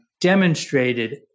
demonstrated